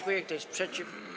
Kto jest przeciw?